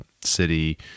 city